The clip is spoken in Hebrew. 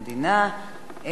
אנחנו עוברים להצבעה,